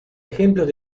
ejemplos